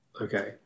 okay